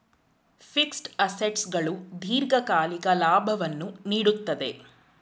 fixed assets ಗಳು ದೀರ್ಘಕಾಲಿಕ ಲಾಭವನ್ನು ನೀಡುತ್ತದೆ